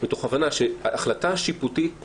מתוך הבנה שהחלטה שיפוטית נכונה,